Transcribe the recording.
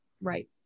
Right